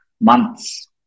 months